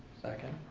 second?